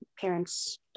parents